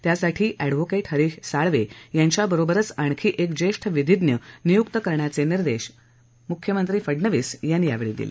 त्यासाठी एडव्होकेट हरिश साळवे यांच्यबरोबरच आणखी एक ज्येष्ठ विधिज्ञ नियुक्त करण्याचे निर्देश मुख्यमंत्री फडणवीस यांनी दिले